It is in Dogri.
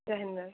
जै हिंद मैम